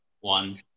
one